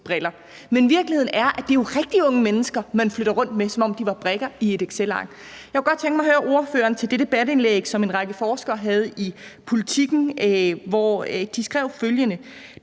briller. Men virkeligheden er, at det jo er rigtige unge mennesker, man flytter rundt, som om de var brikker eller tal i et excelark. Jeg kunne godt tænke mig at høre ordføreren i forhold til det debatindlæg, som en række forskere havde i Politiken, hvor de skrev følgende: